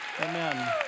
Amen